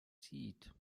zieht